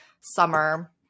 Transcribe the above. summer